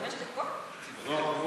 חמש דקות לרשותך, בבקשה.